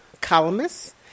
columnist